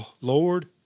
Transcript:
Lord